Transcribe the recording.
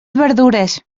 verdures